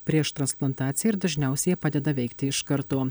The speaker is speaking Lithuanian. prieš transplantaciją ir dažniausiai jie padeda veikti iš karto